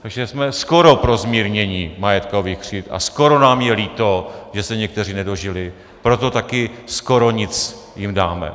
Takže jsme skoro pro zmírnění majetkových křivd a skoro nám je líto, že se někteří nedožili, proto také skoro nic jim dáme.